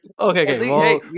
Okay